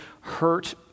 hurt